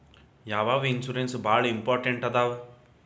ಯಾವ್ಯಾವ ಇನ್ಶೂರೆನ್ಸ್ ಬಾಳ ಇಂಪಾರ್ಟೆಂಟ್ ಅದಾವ?